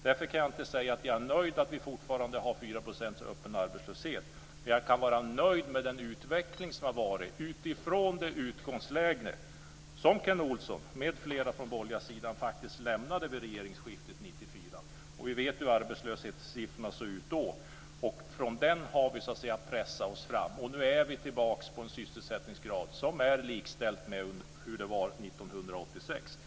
Därför kan jag inte säga att jag är nöjd att vi fortfarande har 4 % öppen arbetslöshet, men jag kan vara nöjd med den utveckling som har varit med tanke på det utgångsläge som Kent Olsson m.fl. från den borgerliga sidan lämnade vid regeringsskiftet 1994. Vi vet hur arbetslöshetssiffrorna såg ut då. Från dem har vi pressat oss fram. Nu är vi tillbaka på en sysselsättningsgrad som är likställd med hur det var 1986.